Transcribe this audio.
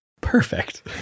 Perfect